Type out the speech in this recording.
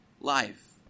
life